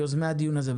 מיוזמי הדיון הזה.